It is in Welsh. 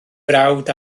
frawd